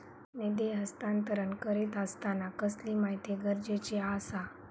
निधी हस्तांतरण करीत आसताना कसली माहिती गरजेची आसा?